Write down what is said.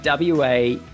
WA